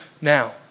now